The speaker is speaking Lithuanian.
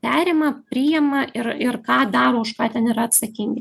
perima priima ir ir ką daro už ką ten yra atsakingi